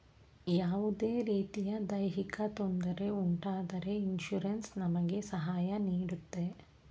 ಯಾವುದೇ ರೀತಿಯ ದೈಹಿಕ ತೊಂದರೆ ಉಂಟಾದರೆ ಇನ್ಸೂರೆನ್ಸ್ ನಮಗೆ ಸಹಾಯ ನೀಡುತ್ತೆ